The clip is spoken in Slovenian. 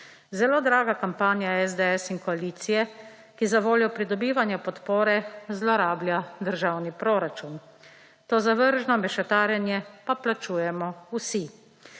Zelo draga kampanja SDS in koalicije, ki za voljo pridobivanja podpore zlorablja državni proračun. To zavržno mešetarjenje pa plačujemo vsi.